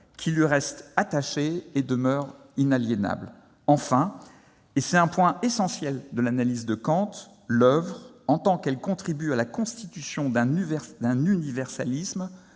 qui lui reste attaché et demeure inaliénable. Enfin, et c'est un point essentiel de l'analyse de Kant, l'oeuvre, en tant qu'elle contribue à la constitution d'un universalisme,